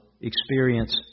experience